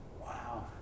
Wow